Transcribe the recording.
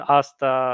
asta